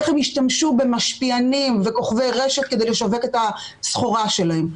איך הם השתמשו במשפיענים וכוכבי רשת כדי לשווק את הסחורה שלהם.